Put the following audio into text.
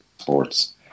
sports